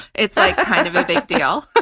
it's like kind of a big deal.